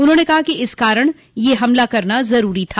उन्होंने कहा कि इस कारण यह हमला करना जरूरी था